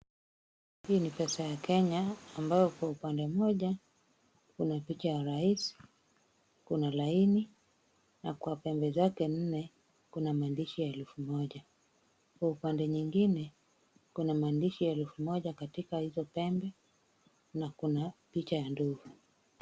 Hii ni pesa ya Kenya ambayo kwa upande moja kuna picha ya rais, kuna laini na kwa pembe zake nne kuna maandishi ya elfu moja. Kwa upande nyingine kuna maandishi ya elfu moja katika hizo pembe na kuna picha ya ndovu.